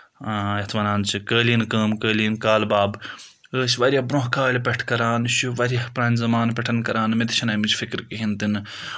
یَتھ وَنان چھِ قٲلیٖن کٲم قٲلیٖن کالبب ٲسۍ واریاہ برونٛہہ کالہِ پؠٹھ کَران یہِ چھُ واریاہ پرانہِ زَمانہٕ پؠٹھ کَران مےٚ تہِ چھِنہٕ اَمِچ فِکر کِہیٖنۍ تہِ نہٕ